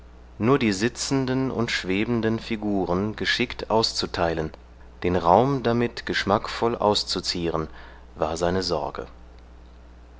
nur die sitzenden und schwebenden figuren geschickt auszuteilen den raum damit geschmackvoll auszuzieren war seine sorge